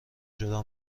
جدا